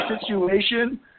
situation